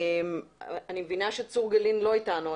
אני מבינה שצור גלין לא איתנו,